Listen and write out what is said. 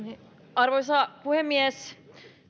arvoisa puhemies